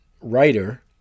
writer